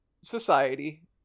society